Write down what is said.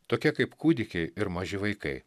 tokie kaip kūdikiai ir maži vaikai